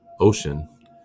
ocean